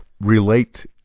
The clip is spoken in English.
relate